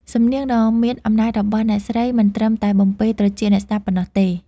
សំនៀងដ៏មានអំណាចរបស់អ្នកស្រីមិនត្រឹមតែបំពេរត្រចៀកអ្នកស្ដាប់ប៉ុណ្ណោះទេ។